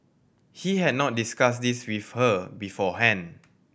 he had not discussed this with her beforehand